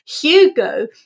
Hugo